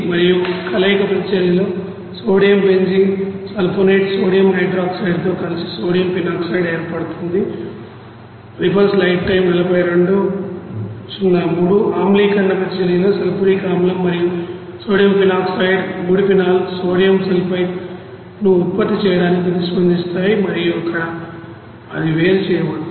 మరియు కలయిక ప్రతిచర్యలో సోడియం బెంజీన్ సల్ఫోనేట్ సోడియం హైడ్రాక్సైడ్తో కలిసి సోడియం ఫినాక్సైడ్ ఏర్పడుతుంది ఆమ్లీకరణ ప్రతిచర్యలో సల్ఫ్యూరిక్ ఆమ్లం మరియు సోడియం ఫినాక్సైడ్ ముడి ఫినాల్ సోడియం సల్ఫైట్ను ఉత్పత్తి చేయడానికి ప్రతిస్పందిస్తాయి మరియు అక్కడ అది వేరు చేయబడుతుంది